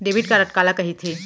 Debit card काला कहिथे?